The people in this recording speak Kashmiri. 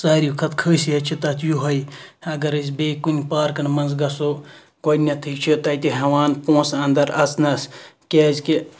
ساروے کھۄتہٕ خٲصیَت چھِ تَتھ یُہوٚے اَگَر أسۍ بییٚہِ کُنہِ پارکَن مَنٛز گَژھو گۄڈنیٚتھے چھِ تَتہِ ہیٚوان پونٛسہٕ اَندَر اَژنَس کیازکہِ